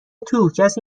توکسی